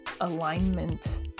alignment